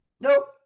Nope